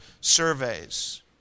surveys